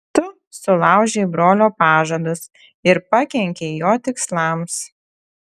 tu sulaužei brolio pažadus ir pakenkei jo tikslams